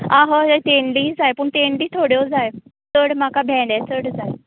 आं हय हय तेंडलीय जाय पूण तेंडली थोड्यो जाय चड म्हाका भेंडे चड जाय